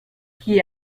qui